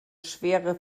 schwere